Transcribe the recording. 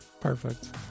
Perfect